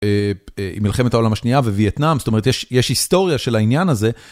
מלחמת העולם השנייה ווייטנאם, זאת אומרת יש היסטוריה של העניין הזה.